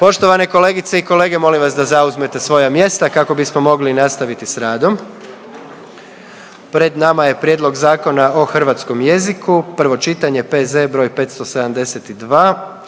Poštovane kolegice i kolege molim vas da zauzmete svoje mjesta kako bismo mogli nastaviti s radom. Pred nama je: - Prijedlog Zakona o hrvatskom jeziku, prvo čitanje, P.Z. br. 572